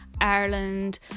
Ireland